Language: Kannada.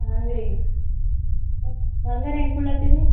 ಹಂಗೆ ರೀ ಬಂಗಾರ ಹ್ಯಾಂಗೆ ಕುಡ್ಲತಿರಿ